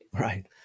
Right